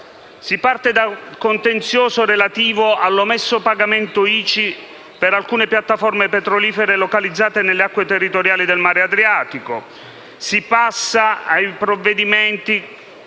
principali: dal contenzioso relativo all'omesso pagamento ICI per alcune piattaforme petrolifere localizzate nelle acque territoriali del Mare Adriatico, all'accertamento